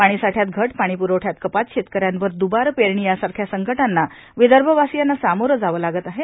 पाणी साठ्यात घट पाणी प्रवठ्यात कपात शेतकऱ्यांवर दुबार पेरणी यासारख्या संकटांना विदर्भ वासियांना सामोरं जावं लागत आहे